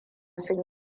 sun